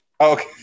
Okay